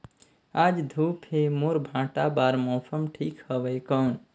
आज धूप हे मोर भांटा बार मौसम ठीक हवय कौन?